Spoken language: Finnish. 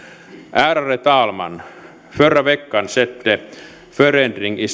ärade talman förra veckan skedde en förändring i